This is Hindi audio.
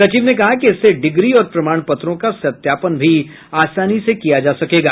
सचिव ने कहा कि इससे डिग्री और प्रमाण पत्रों का सत्यापन भी आसानी से किया जा सकेगा